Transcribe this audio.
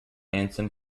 anson